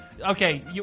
Okay